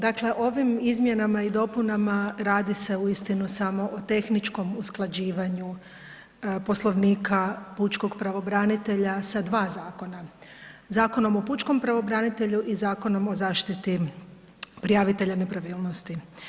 Dakle, ovim izmjenama i dopunama radi se uistinu samo o tehničkom usklađivanju Poslovnika pučkog pravobranitelja sa dva zakona, Zakonom o pučkom pravobranitelju i Zakonom o zaštiti prijavitelja nepravilnosti.